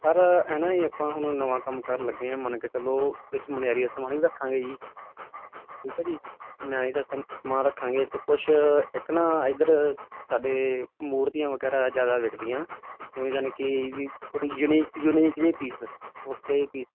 sir ਐ ਨਾ ਜੀ ਆਪਾਂ ਹੁਣ ਨਵਾਂ ਕੰਮ ਕਰਨ ਲੱਗੇ ਆ ਮੰਨ ਕੇ ਚਲੋ ਵਿੱਚ ਮਨਿਆਰੀ ਦਾ ਸਮਾਨ ਵੀ ਰੱਖਾਂਗੇ ਜੀ ਠੀਕ ਹ ਜੀ ਮਨਿਆਰੀ ਦਾ ਸਮਾਨ ਰੱਖਾਂਗੇ ਤੇ ਕੁਛ ਇੱਕ ਨਾ ਇਧਰ ਸਾਡੇ ਮੂਰਤੀਆਂ ਵਗੈਰਾ ਜਿਆਦਾ ਵਿਕਦੀਆਂ ਜਿਵੇਂ ਜਾਨੀ ਕੀ ਵੀ ਥੋੜੀ ਯੁਨੀ ਯੂਨੀਕ ਜਿਹੇ ਪੀਸ ਤੇ ਪੀਸ